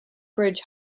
bridge